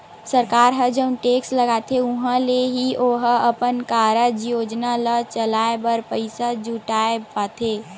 सरकार ह जउन टेक्स लगाथे उहाँ ले ही ओहा अपन कारज योजना ल चलाय बर पइसा जुटाय पाथे